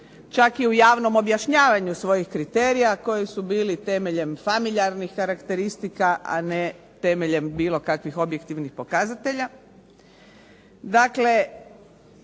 čak je u javnom objašnjavanju svojih kriterija koji su bili temeljem familijarnih karakteristika, a ne temeljem bilo kakvih objektivnih pokazatelja. Dakle,